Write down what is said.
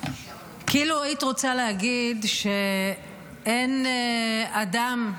כאילו היית רוצה להגיד שאין אדם,